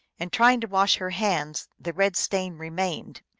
and trying to wash her hands, the red stain remained.